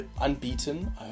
Unbeaten